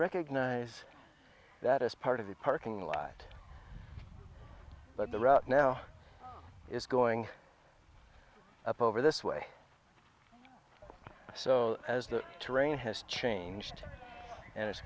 recognize that is part of the parking lot but the route now is going up over this way so as the terrain has changed and it's